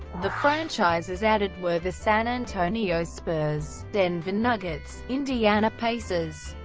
the franchises added were the san antonio spurs, denver nuggets, indiana pacers,